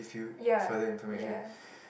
ya ya